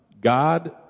God